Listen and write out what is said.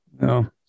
No